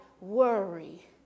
worry